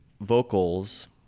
vocals